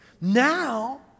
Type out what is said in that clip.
Now